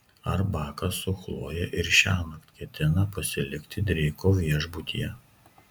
ar bakas su chloje ir šiąnakt ketina pasilikti dreiko viešbutyje